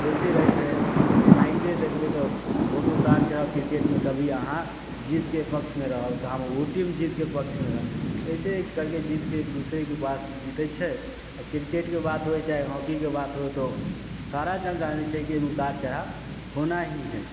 होइते रहै छै एनाहिते देखबै तऽ ओहोमे उतार चढ़ाब क्रिकेटमे कभी अहाँ जीतके पक्षमे रहब कभी ओ टीम जीतके पक्षमे हइ एहिसे करके जीतके एक दूसरेके पास जीतै छै आ क्रिकेटके बात होइ चाहे हॉकीके बात हो तऽ सारा जग जानै छै एहिमे उतार चढ़ाब होना ही हइ